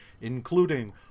including